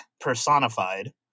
personified